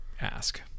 ask